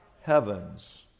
heavens